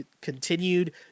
continued